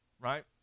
right